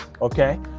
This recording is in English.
okay